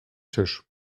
tisch